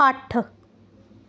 ਅੱਠ